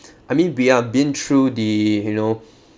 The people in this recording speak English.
I mean we are been through the you know